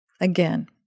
Again